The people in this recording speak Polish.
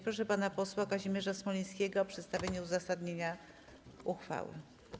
Proszę pana posła Kazimierza Smolińskiego o przedstawienie uzasadnienia uchwały.